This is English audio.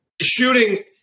shooting